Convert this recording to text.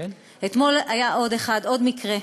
אתמול היה עוד מקרה,